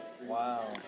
Wow